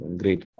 great